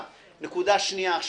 נקודה שנייה,